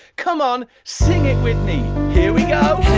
come on. sing it with me. here we go.